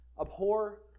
abhor